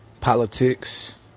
politics